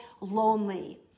lonely